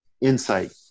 insight